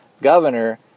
governor